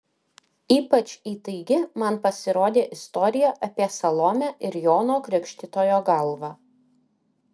ypač įtaigi man pasirodė istorija apie salomę ir jono krikštytojo galvą